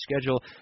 schedule